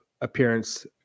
appearance